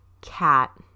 cat